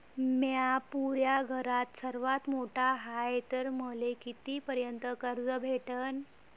म्या पुऱ्या घरात सर्वांत मोठा हाय तर मले किती पर्यंत कर्ज भेटन?